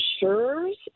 insurers